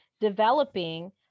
developing